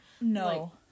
No